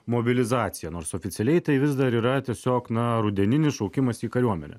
mobilizacija nors oficialiai tai vis dar yra tiesiog na rudeninis šaukimas į kariuomenę